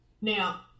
now